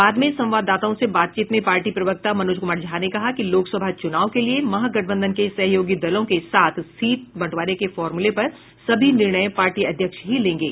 बाद में संवाददाताओं से बातचीत में पार्टी प्रवक्ता मनोज कुमार झा ने कहा कि लोकसभा चुनाव के लिए महागठबंधन के सहयोगी दलों के साथ सीट बंटवारे के फॉर्मूले पर सभी निर्णय पार्टी अध्यक्ष ही लेंगे